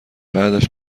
بعدش